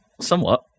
Somewhat